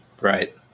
Right